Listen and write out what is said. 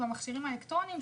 במכשירים האלקטרוניים,